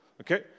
okay